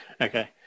Okay